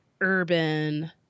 urban